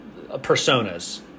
personas